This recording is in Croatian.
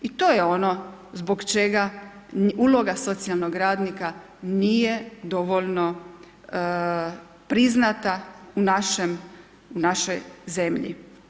I to je ono zbog čega uloga socijalnog radnika nije dovoljno priznata u našoj zemlji.